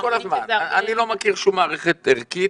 כל הזמן, אני לא מכיר שום מערכת ערכית